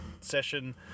session